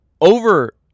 over